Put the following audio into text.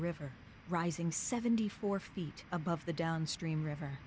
river rising seventy four feet above the downstream river